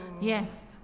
Yes